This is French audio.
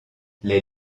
les